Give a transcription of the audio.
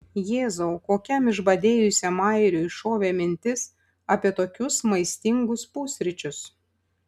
jėzau kokiam išbadėjusiam airiui šovė mintis apie tokius maistingus pusryčius